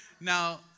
Now